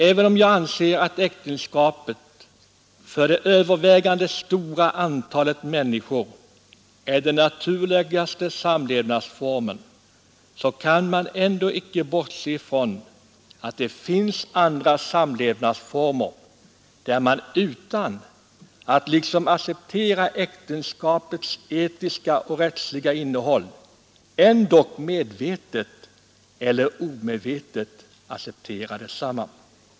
Även om jag anser att äktenskapet för det övervägande antalet människor är den naturligaste samlevnadsformen, så kan man icke bortse från att det finns andra samlevnadsformer utan äktenskapets etiska och rättsliga innehåll där man ändock medvetet eller omedvetet accepterar detsamma.